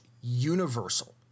universal